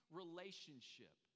relationship